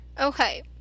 Okay